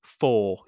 four